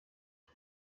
uru